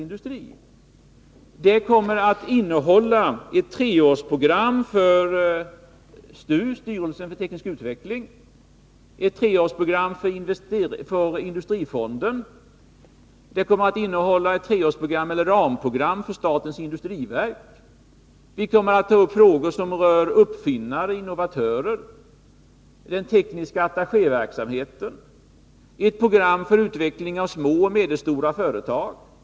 Propositionen kommer att innehålla ett treårsprogram för styrelsen för teknisk utveckling, ett treårsprogram för industrifonden och ett ramprogram för statens industriverk, den kommer att ta upp frågor som gäller uppfinnare, innovatörer och den verksamhet som rör tekniska attachéer, det blir ett program för utveckling av små och medelstora företag, osv.